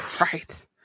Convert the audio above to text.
Right